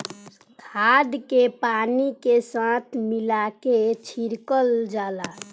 खाद के पानी के साथ मिला के छिड़कल जाला